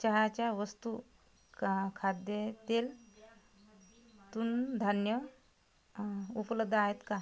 चहाच्या वस्तू का खाद्यतेल तृणधान्य उपलब्ध आहेत का